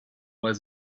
while